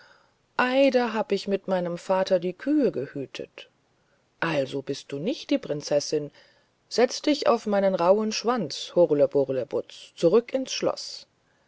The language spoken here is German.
da hab ich mit meinem vater die kühe gehütet also bist du nicht die prinzessin setz dich auf meinen rauhen schwanz hurleburlebutz zurück in das schloß